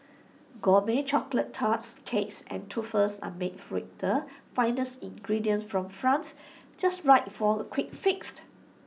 Gourmet Chocolate Tarts Cakes and truffles are made with the finest ingredients from France just right for A quick fixed